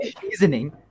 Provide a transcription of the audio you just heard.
seasoning